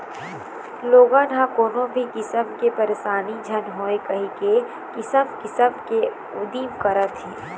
लोगन ह कोनो भी किसम के परसानी झन होवय कहिके किसम किसम के उदिम करत हे